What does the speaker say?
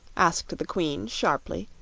asked the queen sharply,